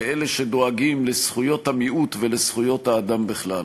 אלה שדואגים לזכויות המיעוט ולזכויות האדם בכלל: